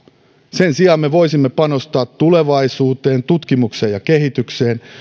sen sijaan me voisimme panostaa tulevaisuuteen tutkimukseen ja kehitykseen